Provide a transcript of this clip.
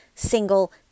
Single